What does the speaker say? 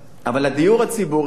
אבל הדיור הציבורי,